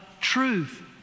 truth